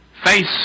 face